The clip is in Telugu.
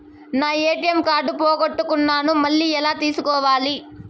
నా ఎ.టి.ఎం కార్డు పోగొట్టుకున్నాను, మళ్ళీ ఎలా తీసుకోవాలి?